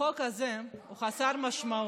החוק הזה הוא חסר משמעות.